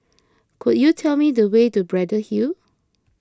could you tell me the way to Braddell Hill